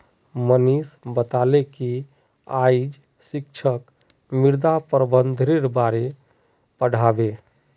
मनीष बताले कि आइज शिक्षक मृदा प्रबंधनेर बार पढ़ा बे